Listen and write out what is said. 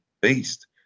beast